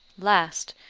last,